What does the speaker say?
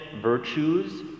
virtues